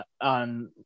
on